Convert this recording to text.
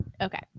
okay